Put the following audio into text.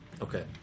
Okay